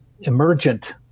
emergent